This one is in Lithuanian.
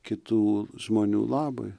kitų žmonių labui